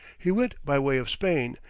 he went by way of spain,